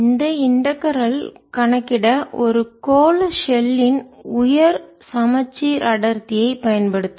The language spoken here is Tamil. இந்த இன்டகரல் கணக்கிட ஒரு கோள ஷெல்லின் உயர் சமச்சீர் அடர்த்தியைப் பயன்படுத்தவும்